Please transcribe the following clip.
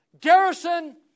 Garrison